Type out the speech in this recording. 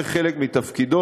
זה חלק מתפקידו,